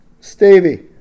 stevie